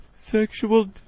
sexual